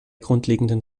grundlegenden